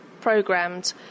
programmed